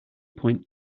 point